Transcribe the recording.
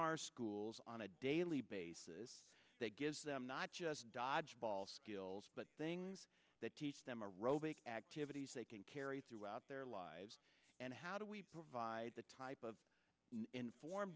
our schools on a daily basis that gives them not just dodgeball skills but things that teach them a robotic activities they can carry throughout their lives and how do we provide the type of